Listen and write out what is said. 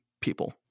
people